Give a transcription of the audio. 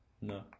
No